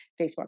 Facebook